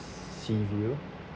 sea view